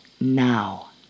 now